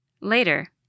Later